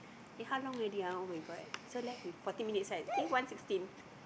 eh how long already ah [oh]-my-god so less than forty minutes right eh one sixteen